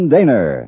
Daner